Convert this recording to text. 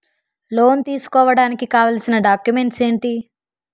Loan తీసుకోడానికి కావాల్సిన documents ఎంటి?